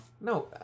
No